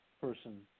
person